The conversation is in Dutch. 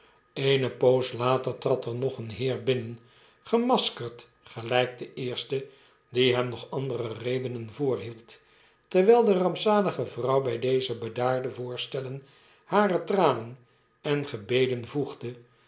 eene poos later trad er nog een heer binnen gemaskerd gelijk de eerste die hem nog andere redenen voorhield terwijl de rampzalige vrouw bij deze bedaarde voorstellen hare tranen en gebeden voegde